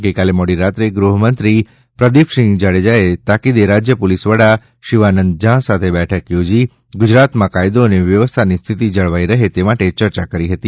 ગઇકાલે મોડીરાત્રે ગૃહમંત્રી પ્રદીપસિંહ જાડેજાએ તાકીદે રાજ્ય પોલીસ વડા શિવાનંદ ઝા સાથે બેઠક યોજી ગુજરાતમાં કાયદો અને વ્યવસ્થાની સ્થિતિ જળવાઈ રહે તે માટે ચર્ચા કરી હતી